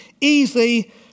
easy